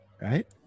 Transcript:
Right